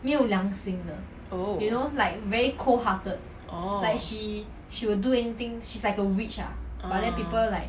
oh orh (uh huh)